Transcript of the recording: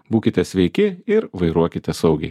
būkite sveiki ir vairuokite saugiai